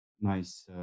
nice